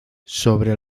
sobre